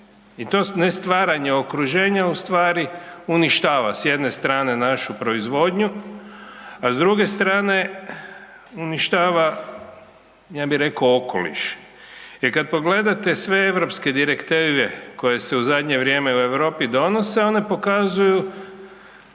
i to ne stvaranje okruženja ustvari uništava, s jedne strane našu proizvodnju, a s druge strane uništava, ja bih rekao okoliš, jer kad pogledate sve Europske Direktive koje se u zadnje vrijeme u Europi donose, one pokazuju